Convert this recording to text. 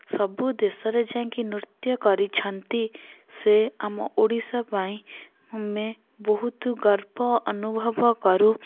ସବୁ ଦେଶରେ ଯାଇଁକି ନୃତ୍ୟ କରିଛନ୍ତି ସେ ଆମ ଓଡ଼ିଶା ପାଇଁ ଆମେ ବହୁତ ଗର୍ବ ଅନୁଭବ କରୁ